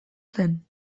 zen